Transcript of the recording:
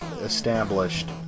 established